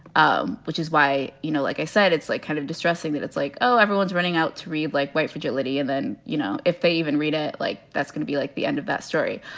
um which is why, you know, like i said, it's kind of distressing that it's like, oh, everyone's running out to read, like, white fragility. and then, you know, if they even read it, like, that's going to be like the end of that story.